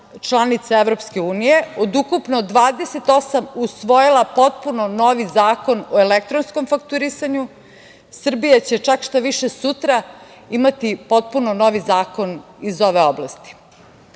članica Evropske unije, od ukupno 28, usvojila potpuno novi zakon o elektronskom fakturisanju. Srbija će štaviše sutra imati potpuno novi zakon iz ove oblasti. Dok